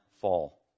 fall